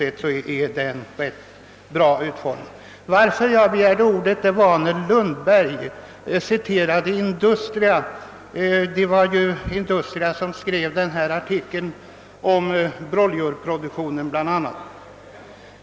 Jag begärde emellertid ordet i anledning av att herr Lundberg citerade Industria, som har haft en artikel om bland annat broilerproduktionen.